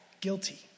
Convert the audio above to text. guilty